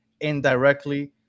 indirectly